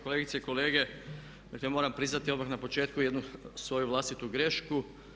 Kolegice i kolege, dakle moram priznati odmah na početku jednu svoju vlastitu grešku.